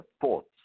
thoughts